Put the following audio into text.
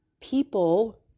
people